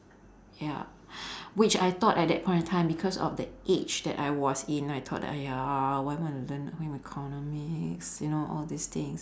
ya which I thought at that point in time because of the age that I was in I thought that !aiya! why am I to learn home economics you know all these things